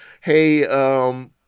hey